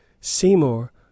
Seymour